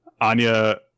Anya